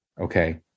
Okay